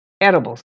edibles